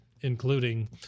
including